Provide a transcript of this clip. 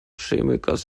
chemikers